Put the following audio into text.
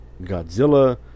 Godzilla